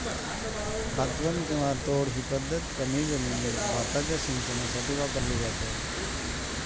कातवन किंवा तोड ही पद्धत कमी जमिनीत भाताच्या सिंचनासाठी वापरली जाते